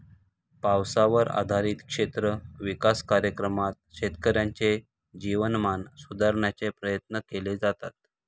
पावसावर आधारित क्षेत्र विकास कार्यक्रमात शेतकऱ्यांचे जीवनमान सुधारण्याचे प्रयत्न केले जातात